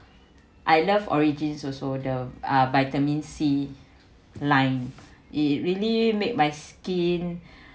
I love origins also the uh vitamin C line it really made my skin